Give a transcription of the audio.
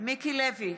מיקי לוי,